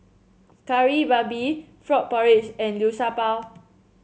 Kari Babi Frog Porridge and Liu Sha Bao